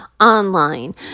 online